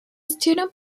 student